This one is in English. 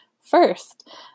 First